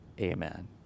Amen